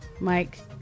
mike